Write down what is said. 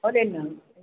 अरे न